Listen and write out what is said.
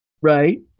Right